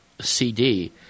CD